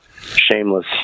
Shameless